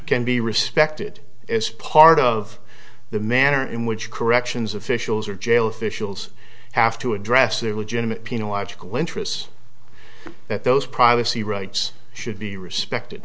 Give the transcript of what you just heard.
can be respected as part of the manner in which corrections officials or jail officials have to address their legitimate penalized glentress that those privacy rights should be respected